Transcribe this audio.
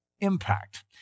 impact